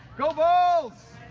go bulls!